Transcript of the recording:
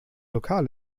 lokal